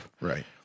Right